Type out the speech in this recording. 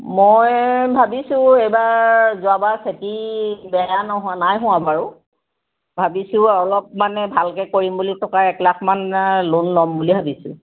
মই ভাবিছোঁ এইবাৰ যোৱাবাৰ খেতি বেয়া নহয় নাই হোৱা বাৰু ভাবিছোঁ অলপ মানে ভালকৈ কৰিম বুলি টকা এক লাখ মান লোন ল'ম বুলি ভাবিছোঁ